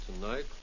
Tonight